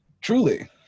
truly